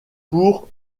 pour